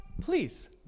please